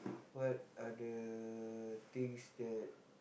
what are the things that